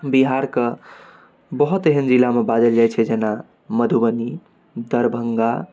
बिहारक बहुत एहन जिलामे बाजल जाइत छै जेना मधुबनी दरभङ्गा